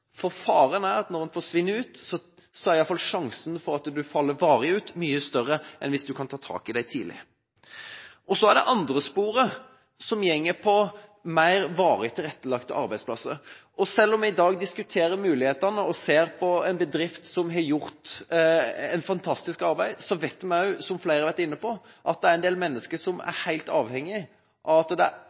For faren er at når en forsvinner ut, så er i alle fall sannsynligheten for at en faller varig ut, mye større enn hvis vi tar tak i det tidlig. Det andre sporet går på flere varig tilrettelagte arbeidsplasser. Selv om vi i dag diskuterer mulighetene og ser på en bedrift som har gjort et fantastisk arbeid, så vet vi, som flere har vært inne på, at det er en del mennesker som er helt avhengige av at det